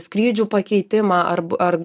skrydžių pakeitimą arb ar